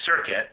Circuit